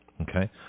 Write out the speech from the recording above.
Okay